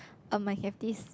um I have this